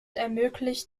ermöglicht